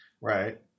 Right